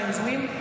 מהיוזמים.